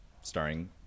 Starring